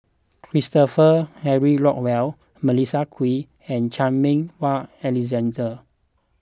Christopher Henry Rothwell Melissa Kwee and Chan Meng Wah Alexander